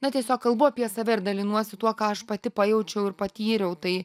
na tiesiog kalbu apie save ir dalinuosi tuo ką aš pati pajaučiau ir patyriau tai